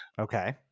Okay